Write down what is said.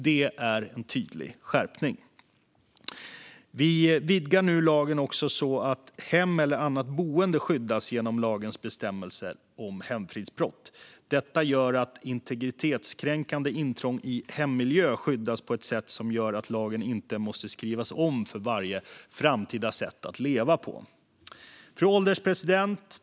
Det är en tydlig skärpning. Vi vidgar nu lagen så att "hem eller annat liknande boende" skyddas genom lagens bestämmelser om hemfridsbrott. Det gör att integritetskränkande intrång i hemmiljö skyddas så att lagen inte måste skrivas om för framtida sätt att leva på. Fru ålderspresident!